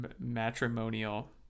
matrimonial